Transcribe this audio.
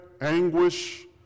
anguish